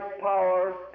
power